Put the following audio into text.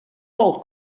vol